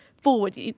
forward